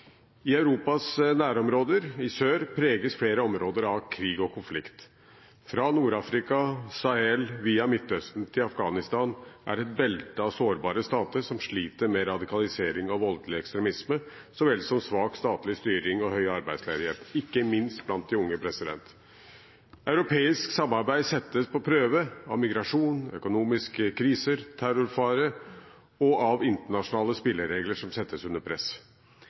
I Europas nærområder i sør preges flere områder av krig og konflikt. Fra Nord-Afrika og Sahel via Midtøsten til Afghanistan er det et belte av sårbare stater som sliter med radikalisering og voldelig ekstremisme så vel som svak statlig styring og høy arbeidsledighet, ikke minst blant de unge. Europeisk samarbeid settes på prøve av migrasjon, økonomiske kriser, terrorfare og internasjonale spilleregler som settes under press.